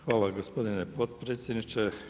Hvala gospodin potpredsjedniče.